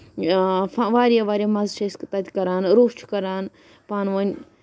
واریاہ واریاہ مَزٕ چھِ أسۍ تَتہِ کران روف چھِ کران پانہٕ ؤنۍ